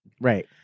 right